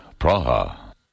Praha